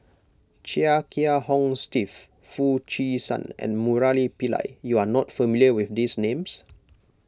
Chia Kiah Hong Steve Foo Chee San and Murali Pillai you are not familiar with these names